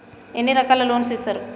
ఎన్ని రకాల లోన్స్ ఇస్తరు?